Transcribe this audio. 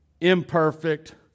imperfect